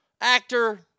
Actor